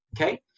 okay